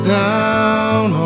down